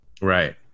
Right